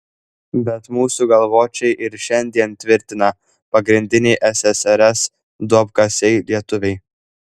bet mūsų galvočiai ir šiandien tvirtina pagrindiniai ssrs duobkasiai lietuviai